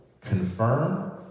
confirm